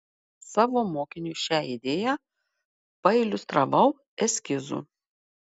savo mokiniui šią idėją pailiustravau eskizu